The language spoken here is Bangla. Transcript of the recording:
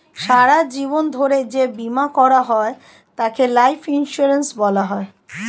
সারা জীবন ধরে যে বীমা করা হয় তাকে লাইফ ইন্স্যুরেন্স বলা হয়